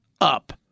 up